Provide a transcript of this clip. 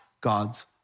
God's